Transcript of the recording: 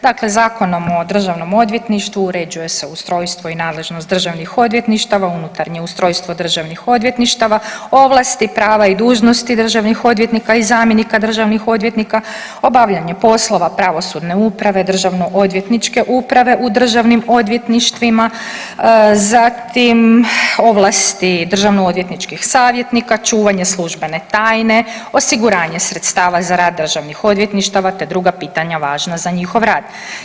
Dakle Zakonom o DORH-u uređuje se ustrojstvo i nadležnost državnih odvjetništava, unutarnje ustrojstvo državnih odvjetništava, ovlasti, prava i dužnosti državnih odvjetnika i zamjenika državnih odvjetnika, obavljanje poslova pravosudne uprave, državnoodvjetničke uprave u državnim odvjetništvima, zatim, ovlasti državnoodvjetničkih savjetnika, čuvanje službene tajne, osiguranje sredstava za rad državnih odvjetništava te druga pitanja važna za njihov rad.